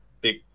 big